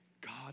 God